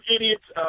idiots